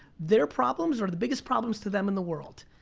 they're problems are the biggest problems, to them, in the world.